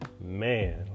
Man